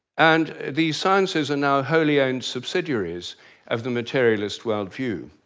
and the sciences are now wholly owned subsidiaries of the materialist world view.